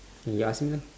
you ask him lah